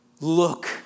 look